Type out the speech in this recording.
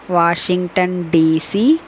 Washington DC